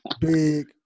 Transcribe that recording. Big